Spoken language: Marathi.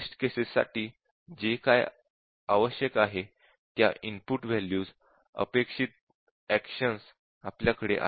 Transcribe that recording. टेस्ट केसेससाठी जे काय आवश्यक आहेत त्या इनपुट वॅल्यूज अपेक्षित एक्शन आपल्याकडे आहेत